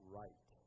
right